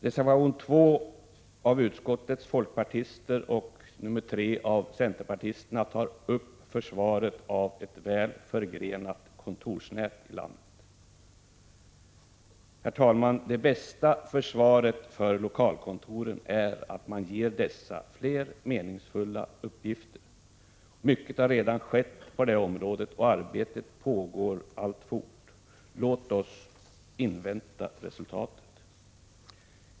Reservation 2 av utskottets folkpartister och reservation 3 av centerpartisterna tar upp försvaret av ett väl förgrenat kontorsnät i landet. Herr talman! Det bästa försvaret för lokalkontoren är att man ger dessa fler meningsfyllda uppgifter. Mycket har redan skett på det området och arbetet pågår alltfort. Låt oss invänta resultatet.